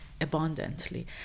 abundantly